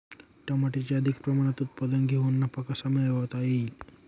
टमाट्याचे अधिक प्रमाणात उत्पादन घेऊन नफा कसा मिळवता येईल?